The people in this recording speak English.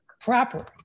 proper